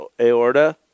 aorta